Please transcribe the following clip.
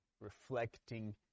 reflecting